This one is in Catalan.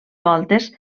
voltes